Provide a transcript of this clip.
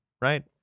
right